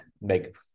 make